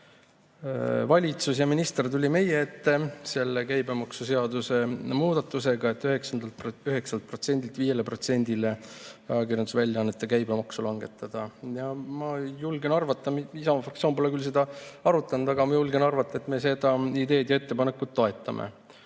Valitsus ja minister tuli meie ette selle käibemaksuseaduse muudatusega, et 9%-lt 5%-le ajakirjandusväljaannete käibemaksu langetada. Isamaa fraktsioon pole küll seda arutanud, aga ma julgen arvata, et me seda ideed ja ettepanekut toetame.